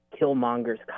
killmonger's